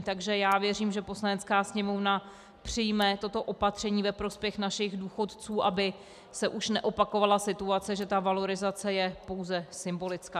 Takže věřím, že Poslanecká sněmovna přijme toto opatření ve prospěch našich důchodců, aby se už neopakovala situace, že ta valorizace je pouze symbolická.